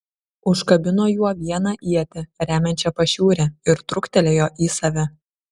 užkabino juo vieną ietį remiančią pašiūrę ir truktelėjo į save